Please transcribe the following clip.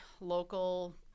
local –